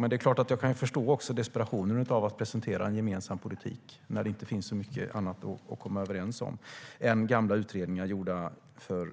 Men jag kan såklart också förstå desperationen när de rödgröna ska presentera gemensam politik och det inte finns mycket annat att komma överens om än gamla utredningar, gjorda för